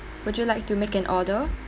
would you like to make an order